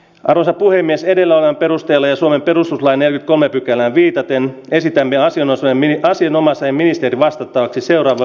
arola puhemies edellä on perustelee suomen perustuslain eli kolme pykälään viitaten esitämme asian ajaminen asianomaisten ministeri vastattavaksi seuraava